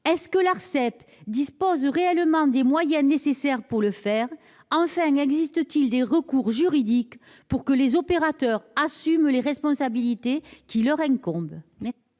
Est-ce que l'Arcep dispose réellement des moyens nécessaires pour le faire ? Enfin, existe-t-il des recours juridiques pour que les opérateurs assument les responsabilités qui leur incombent ?